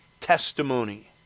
testimony